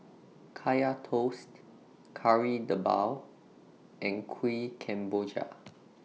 Kaya Toast Kari Debal and Kuih Kemboja